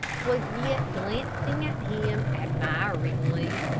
was yet glancing at him admiringly.